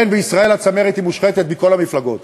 כן, בישראל הצמרת היא מושחתת, מכל המפלגות.